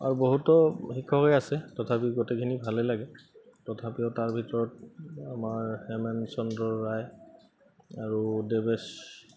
আৰু বহুতো শিক্ষকে আছে তথাপিও গোটেইখিনি ভালেই লাগে তথাপিও তাৰ ভিতৰত আমাৰ হেমেন চন্দ্ৰ ৰায় আৰু দেৱেছ